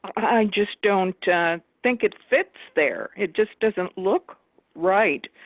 i just don't think it fits there. it just doesn't look right.